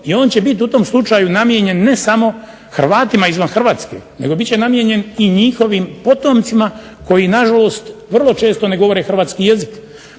I on će biti u tom slučaju namijenjen ne samo Hrvata izvan Hrvatske nego bit će namijenjen i njihovim potomcima koji nažalost vrlo često ne govore hrvatski jezik,